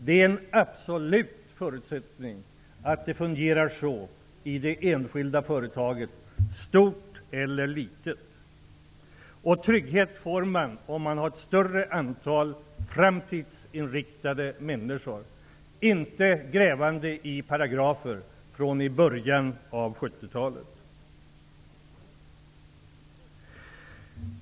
Det är en absolut förutsättning att det fungerar på det sättet i det enskilda företaget, stort eller litet. Trygghet får man om man har ett större antal framtidsinriktade människor, inte människor grävande i paragrafer från början av 70-talet.